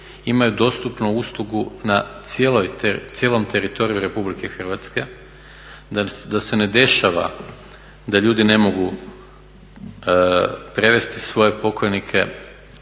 imaju dostupnu uslugu na cijelom teritoriju Republike Hrvatske. Da se ne dešava da ljudi ne mogu prevesti svoje pokojnike